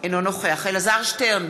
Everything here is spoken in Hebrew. אינו נוכח אלעזר שטרן,